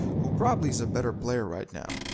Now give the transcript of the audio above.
who probably is a better player right now.